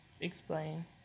Explain